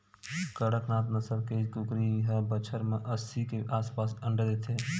कड़कनाथ नसल के कुकरी ह बछर म अस्सी के आसपास अंडा देथे